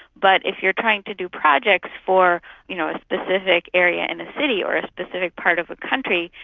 but if you're trying to do projects for you know a specific area in a city or a specific part of a country,